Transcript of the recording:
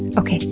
and okay,